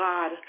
God